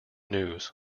news